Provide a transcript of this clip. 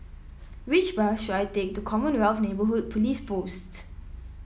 which bus should I take to Commonwealth Neighbourhood Police Post